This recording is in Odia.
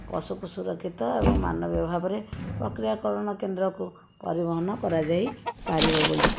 ପଶୁକୁ ସୁରକ୍ଷିତ ଏବଂ ମାନବୀୟ ଭାବରେ ପକ୍ରିୟା କଳନ କେନ୍ଦ୍ରକୁ ପରିବହନ କରାଯାଇପାରିବ ବୋଲି